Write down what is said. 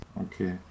Okay